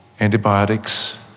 antibiotics